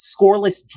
scoreless